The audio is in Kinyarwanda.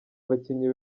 abakinnyi